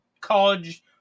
College